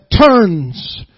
turns